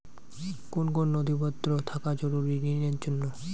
কোন কোন নথিপত্র থাকা জরুরি ঋণের জন্য?